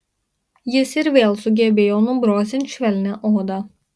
jis ir vėl sugebėjo nubrozdint švelnią odą